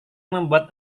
membuat